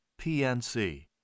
PNC